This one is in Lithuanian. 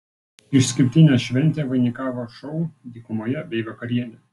išskirtinę šventę vainikavo šou dykumoje bei vakarienė